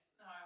no